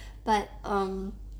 but um